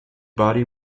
body